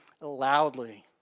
loudly